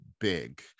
big